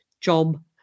job